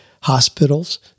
hospitals